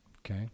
okay